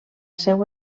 seu